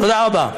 תודה רבה.